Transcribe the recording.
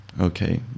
Okay